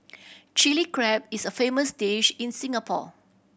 Chilli Crab is a famous dish in Singapore